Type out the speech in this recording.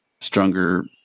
stronger